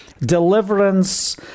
deliverance